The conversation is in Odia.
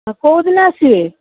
ହଁ କେଉଁଦିନ ଆସିବେ